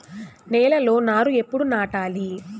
నేలలో నారు ఎప్పుడు నాటాలి?